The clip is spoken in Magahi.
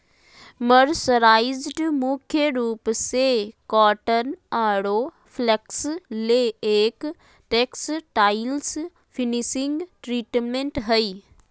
मर्सराइज्ड मुख्य रूप से कॉटन आरो फ्लेक्स ले एक टेक्सटाइल्स फिनिशिंग ट्रीटमेंट हई